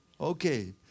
okay